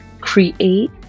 create